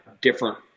different